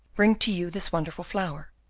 bring to you this wonderful flower.